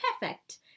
perfect